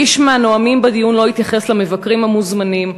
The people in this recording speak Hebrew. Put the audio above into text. איש מהנואמים בדיון לא התייחס למבקרים המוזמנים,